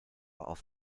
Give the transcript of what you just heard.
off